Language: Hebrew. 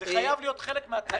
זה חייב להיות חלק מהתוכנית.